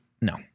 No